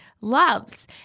loves